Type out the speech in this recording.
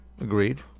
Agreed